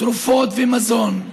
לתרופות ומזון.